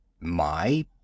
My